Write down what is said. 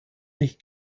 nicht